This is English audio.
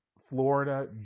Florida